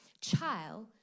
child